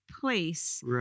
place